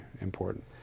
important